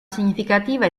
significativa